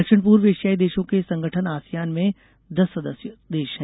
दक्षिण पूर्व एशियाई देशों के संगठन आसियान में दस सदस्य देश हैं